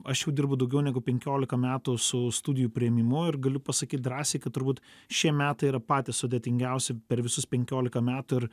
aš jau dirbu daugiau negu penkiolika metų su studijų priėmimu ir galiu pasakyt drąsiai kad turbūt šie metai yra patys sudėtingiausi per visus penkiolika metų ir